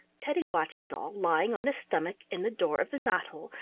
teddy watched it all lying on his stomach in the door of the knot-hole,